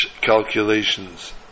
calculations